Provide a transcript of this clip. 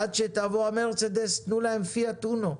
עד שתבוא המרצדס תנו להם פיאט אונו,